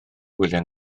gwyliau